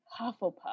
Hufflepuff